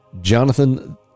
Jonathan